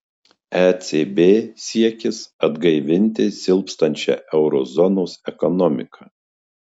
ecb siekis atgaivinti silpstančią euro zonos ekonomiką